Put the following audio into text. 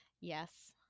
Yes